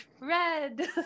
red